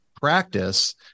practice